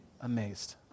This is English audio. Amazed